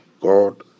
God